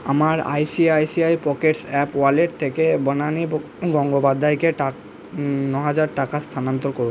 আমার ICICI Pockets app wallet থেকে বনানী ব গঙ্গোপাধ্যায়কে টাক ন হাজার টাকা স্থানান্তর করুন